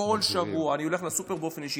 בכל שבוע אני הולך לסופר באופן אישי.